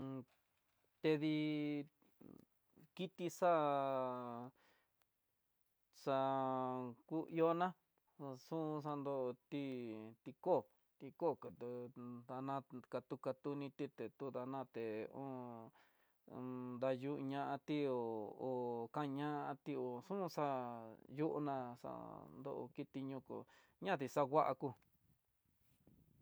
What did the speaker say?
tedi kiti xa'á, xaa ku ihóna no xun xa do ti, ti kó tiko kutun danan katu katuni teté no ndanaté dayú ña ti'ó ho kañati hó xunuxá yioná xa'á ndo kiti ño ndo ño di xanguaku.